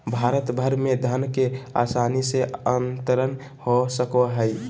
भारत भर में धन के आसानी से अंतरण हो सको हइ